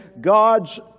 God's